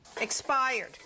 Expired